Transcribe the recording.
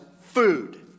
food